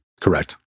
Correct